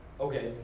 Okay